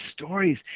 stories